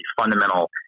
fundamental